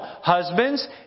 husbands